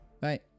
Bye